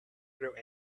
through